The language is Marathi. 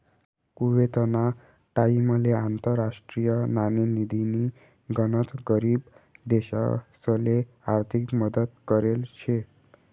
कुवेतना टाइमले आंतरराष्ट्रीय नाणेनिधीनी गनच गरीब देशसले आर्थिक मदत करेल शे